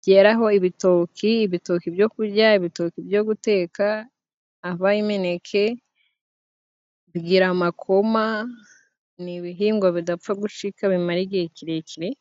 byeraho ibitoki, ibitoki byo kurya, ibitoki byo guteka, haba imineke, bigira amakoma, ni ibihingwa bidapfa gucika, bimara igihe kirekire.